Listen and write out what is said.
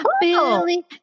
Billy